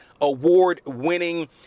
Award-winning